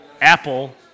Apple